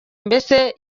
mbese